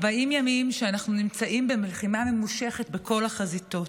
40 ימים שאנחנו נמצאים בלחימה ממושכת בכל החזיתות.